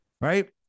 Right